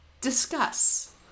Discuss